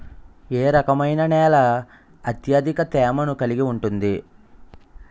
ఏ రకమైన నేల అత్యధిక తేమను కలిగి ఉంటుంది?